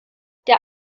der